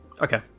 okay